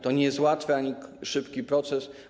To nie jest łatwy ani szybki proces.